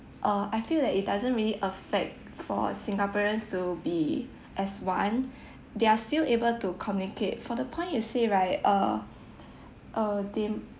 uh I feel that it doesn’t really affect for singaporeans to be as one they're still able to communicate for the point you say right err uh they